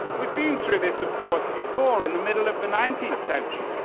we've been through this, of course, before in the middle of the nineteenth century